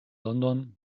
london